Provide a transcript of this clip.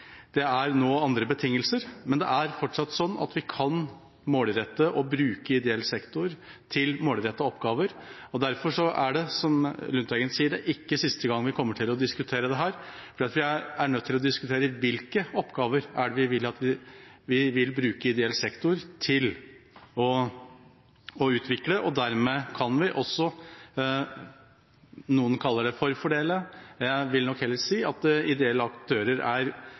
er fortsatt sånn at vi kan målrette og bruke ideell sektor til målrettete oppgaver. Derfor er det, som Lundteigen sier, ikke siste gangen vi kommer til å diskutere dette. Vi er nødt til å diskutere hvilke oppgaver vi vil bruke ideell sektor til å utvikle – noen kaller det forfordele, mens jeg nok heller vil si at ideelle aktører er de beste å bruke til noen av de oppgavene. Dermed kan vi avtale oppgaver innenfor anbudsregelverket, sånn at vi bruker dem til nettopp innovasjon. Den muligheten skal vi bruke, og det er